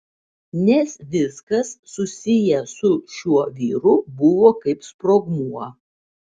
nes viskas susiję su šiuo vyru buvo kaip sprogmuo